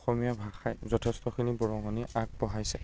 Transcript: অসমীয়া ভাষাই যথেষ্টখিনি বৰঙনি আগবঢ়াইছে